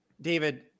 David